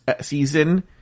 season